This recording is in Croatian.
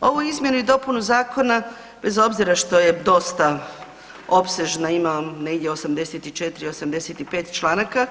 Ovu izmjenu i dopunu Zakona, bez obzira što je dosta opsežna, ima negdje 84, 85 članaka,